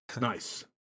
Nice